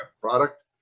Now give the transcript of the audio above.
product